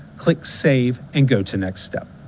click save and go to next step.